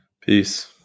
Peace